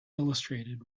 illustrated